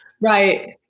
Right